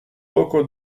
poco